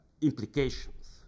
implications